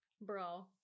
bro